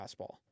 fastball